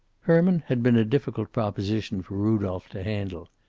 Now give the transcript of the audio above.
herman had been a difficult proposition for rudolph to handle.